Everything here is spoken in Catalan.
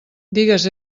digues